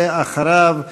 ואחריו,